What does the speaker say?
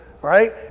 right